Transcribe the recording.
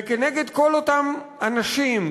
וכנגד כל אותם אנשים,